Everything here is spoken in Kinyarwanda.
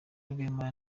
rwema